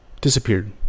disappeared